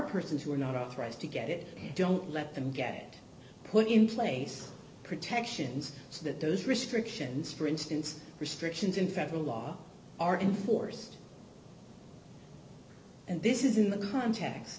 persons who are not authorized to get it don't let them get put in place protections so that those restrictions for instance restrictions in federal law are enforced and this is in the context